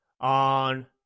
on